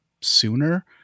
sooner